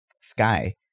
Sky